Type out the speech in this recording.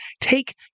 take